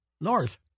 North